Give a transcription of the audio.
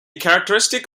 characteristic